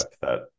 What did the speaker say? that-